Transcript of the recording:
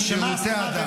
שירותי הדת.